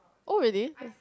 oh really